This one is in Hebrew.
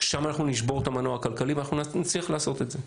שם אנחנו נשבור את המנוע הכלכלי ואנחנו נצליח לעשות את זה.